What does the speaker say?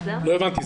לא הבנתי.